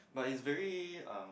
but it's very um